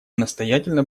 настоятельно